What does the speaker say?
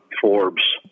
Forbes